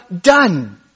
done